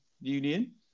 union